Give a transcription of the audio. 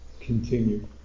continue